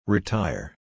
Retire